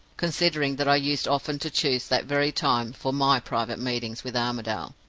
considering that i used often to choose that very time for my private meetings with armadale,